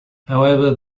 however